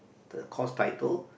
the course title